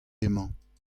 emañ